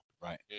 Right